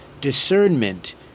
discernment